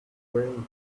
wayne